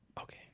Okay